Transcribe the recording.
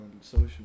social